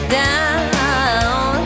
down